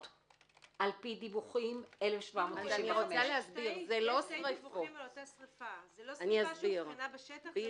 על-פי דיווחים 1,795. זה לא שריפה שאובחנה בשטח?